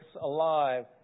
alive